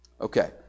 Okay